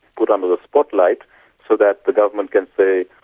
put under the spotlight so that the government can say,